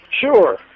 Sure